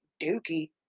dookie